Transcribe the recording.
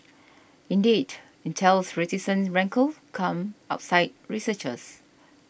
indeed Intel's reticence rankled come outside researchers